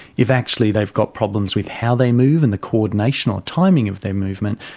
if actually they've got problems with how they move and the coordination or timing of their movement,